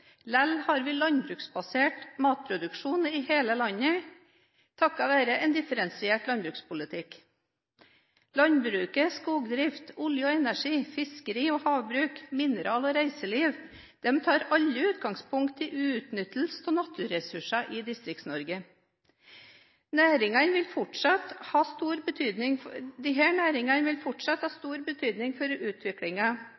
har vi landbruksbasert matproduksjon i hele landet, takket være en differensiert landbrukspolitikk. Landbruket, skogsdrift, olje og energi, fiskeri og havbruk, mineralnæring og reiseliv tar alle utgangspunkt i utnyttelse av naturressursene i Distrikts-Norge. Disse næringene vil fortsette å ha stor betydning for utviklingen i distriktene – for bosetting og arbeidsplasser, enten i næringene